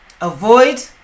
avoid